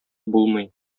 булмый